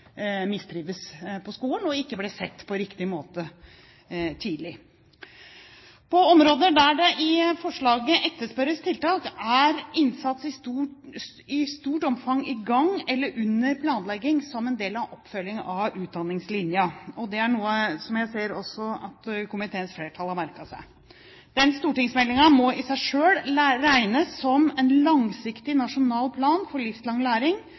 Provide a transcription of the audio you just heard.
på skolen og ikke ble sett på riktig måte tidlig. På områder der det i forslaget etterspørres tiltak, er innsats i stort omfang i gang eller under planlegging som del av oppfølgingen av Utdanningslinja, og det er noe som jeg ser at også komiteens flertall har merket seg. Denne stortingsmeldingen må i seg selv regnes som en langsiktig nasjonal plan for livslang læring